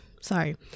sorry